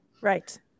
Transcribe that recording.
Right